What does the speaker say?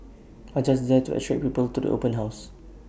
are just there to attract people to the open house